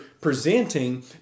presenting